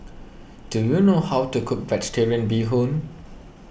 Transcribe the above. do you know how to cook Vegetarian Bee Hoon